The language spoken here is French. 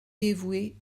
dévouée